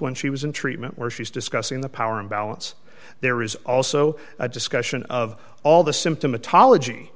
when she was in treatment where she is discussing the power imbalance there is also a discussion of all the symptomatology